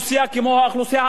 כמו האוכלוסייה הערבית,